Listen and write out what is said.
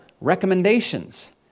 recommendations